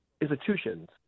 institutions